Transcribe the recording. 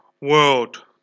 world